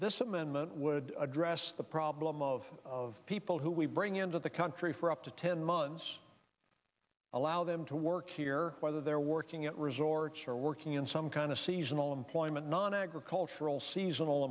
this amendment would address the problem of people who we bring into the country for up to ten months allow them to work here whether they're working at resorts or working in some kind of seasonal employment nonagricultural seasonal